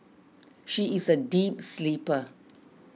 she is a deep sleeper